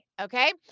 Okay